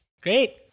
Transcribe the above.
Great